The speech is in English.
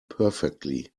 perfectly